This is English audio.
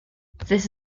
this